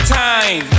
time